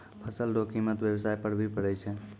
फसल रो कीमत व्याबसाय पर भी पड़ै छै